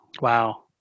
Wow